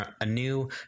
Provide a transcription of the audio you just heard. anew